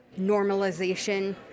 normalization